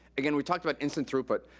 again, we talked about instant throughput.